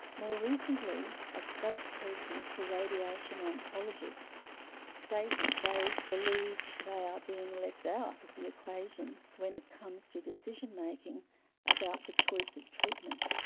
more recently, a spokesperson for radiation oncologists stated that they believe they are being left out of the equation when it comes to decision making about the choice of treatment.